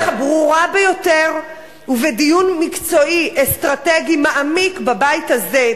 הברורה ביותר ובדיון מקצועי אסטרטגי מעמיק בבית הזה,